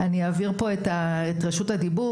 אעביר את רשות הדיבור